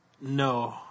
no